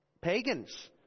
pagans